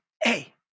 Hey